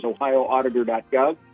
ohioauditor.gov